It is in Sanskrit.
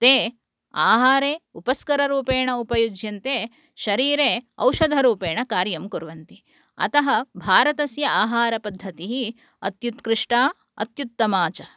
ते आहारे उपस्कररूपेण उपयुज्यन्ते शरीरे औषधरूपेण कार्यं कुर्वन्ति अतः भारतस्य आहारपद्धतिः अत्युत्कृष्टा अत्युत्तमा च